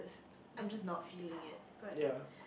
I'm just not feeling it but